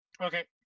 Okay